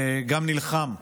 גם נלחם,